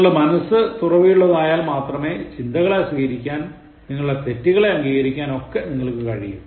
നിങ്ങളുടെ മനസ്സ് തുറവിയുള്ളതായാൽ മാത്രമേ ചിന്തകളെ സ്വീകരിക്കാൻ നിങ്ങളുടെ തെറ്റുകളെ അങ്കികരിക്കാൻ ഒക്കെ നിങ്ങൾക്കു കഴിയൂ